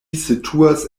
situas